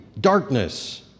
darkness